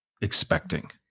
expecting